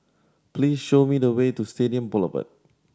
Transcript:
please show me the way to Stadium Boulevard